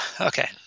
Okay